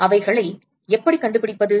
அவைகளை எப்படி கண்டுபிடிப்பது